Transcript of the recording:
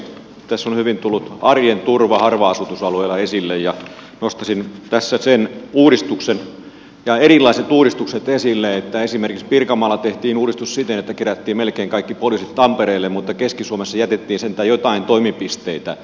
tässä on hyvin tullut arjen turva harva asutusalueilla esille ja nostaisin tässä sen uudistuksen ja erilaiset uudistukset esille että esimerkiksi pirkanmaalla tehtiin uudistus siten että kerättiin melkein kaikki poliisit tampereelle mutta keski suomessa jätettiin sentään joitain toimipisteitä